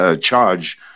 charge